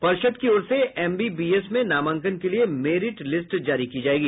पर्षद की ओर से एमबीबीएस में नामांकन के लिए मेरिट लिस्ट जारी की जायेगी